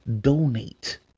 donate